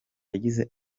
yagize